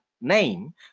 Name